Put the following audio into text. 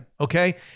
Okay